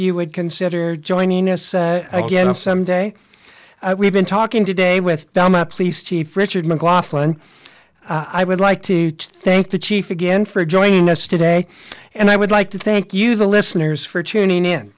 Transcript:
you would consider joining us again some day we've been talking today with dhamma police chief richard mclaughlin i would like to thank the chief again for joining us today and i would like to thank you the listeners for tuning in